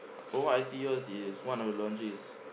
from what I see yours is one of the laundry is